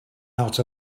out